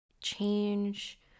change